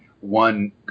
one